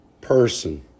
person